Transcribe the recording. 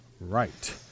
Right